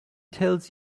tells